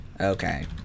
okay